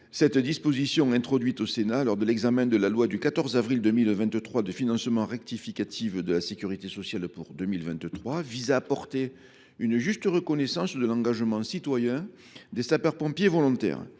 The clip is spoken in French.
Cette disposition, introduite au Sénat lors de l’examen de la loi du 14 avril 2023 de financement rectificative de la sécurité sociale pour 2023, vise à apporter une juste reconnaissance à l’engagement citoyen des sapeurs pompiers volontaires.